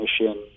mission